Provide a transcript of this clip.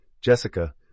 Jessica